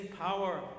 power